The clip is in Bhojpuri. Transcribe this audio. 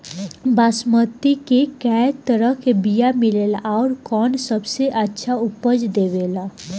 बासमती के कै तरह के बीया मिलेला आउर कौन सबसे अच्छा उपज देवेला?